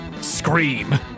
scream